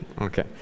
okay